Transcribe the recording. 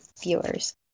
viewers